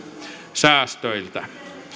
säästöiltä